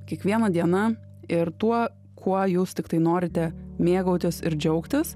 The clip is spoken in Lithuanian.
kiekviena diena ir tuo kuo jūs tiktai norite mėgautis ir džiaugtis